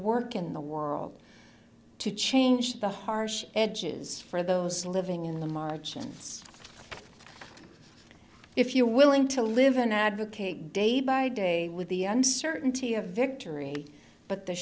work in the world to change the harsh edges for those living in the margins if you're willing to live in advocate day by day with the uncertainty of victory but the